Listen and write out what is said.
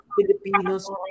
Filipinos